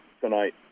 tonight